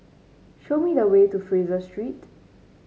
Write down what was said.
show me the way to Fraser Street